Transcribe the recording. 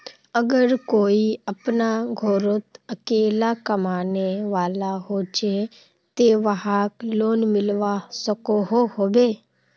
अगर कोई अपना घोरोत अकेला कमाने वाला होचे ते वाहक लोन मिलवा सकोहो होबे?